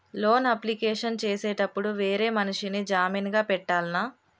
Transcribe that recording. Loan application చేసేటప్పుడు వేరే మనిషిని జామీన్ గా పెట్టాల్నా?